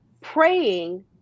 praying